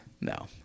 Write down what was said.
No